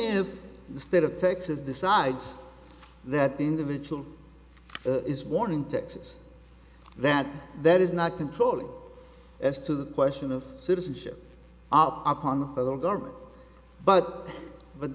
if the state of texas decides that individual is born in texas that that is not controlling as to the question of citizenship op on the federal government but but